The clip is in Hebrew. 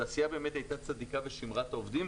התעשייה באמת הייתה צדיקה ושימרה את העובדים,